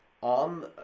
on